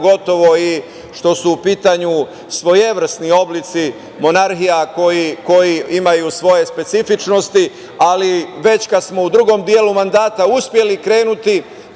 pogotovo i što su u pitanju svojevrsni oblici monarhija koji imaju svoje specifičnosti, ali već kada smo u drugom delu mandata uspeli krenuti,